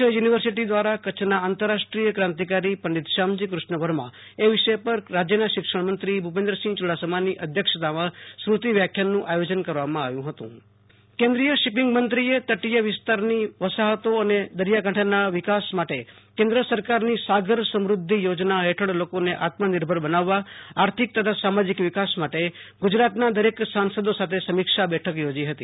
Kutch university દ્રારા કચ્છના આંતરાષ્ટ્રીદ્ય ક્રાંતિકારી પંડિત શ્યામજી કૃષ્ણ વર્મા એ વિષય પર રાજ્યના શિક્ષણમંત્રી ભુ પેન્દ્રસિંહ યુ ડાસમલ્લી અધ્યક્ષતામાં સ્મૃતિ વ્યાખ્યાનનું આયોજન કર વા માં આવ્યુ હતું આશુ તોષ અંતાણી કચ્છ સાગર સમુ ઘ્ઘિ યોજના કેન્દ્રીય શિપિંગ મંત્રીએ તટીય વિસ્તારની વસાહતો અને દરિયા કાંઠાના વિકાસ માટે કેન્દ્ર સરકારની સાગર સમૃધ્ધિ યોજના હેઠળ લોકોને આત્મનિર્ભર બનાવવા આર્થિક તથા સામાજીક વિકાસ માટે ગુજરાતના દરેક સાસંદો સાથે સમીક્ષા બેઠક યોજી હતી